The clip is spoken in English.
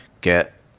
get